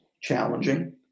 challenging